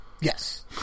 Yes